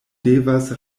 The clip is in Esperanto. devas